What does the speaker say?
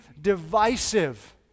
divisive